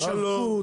תשתפו,